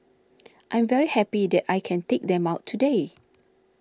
I'm very happy that I can take them out today